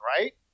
right